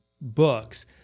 books